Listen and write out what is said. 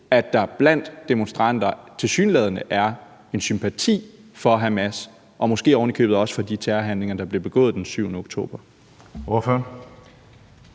at der blandt demonstranterne tilsyneladende er en sympati for Hamas og måske ovenikøbet også for de terrorhandlinger, der blev begået den 7. oktober?